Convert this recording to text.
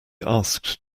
asked